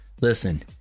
listen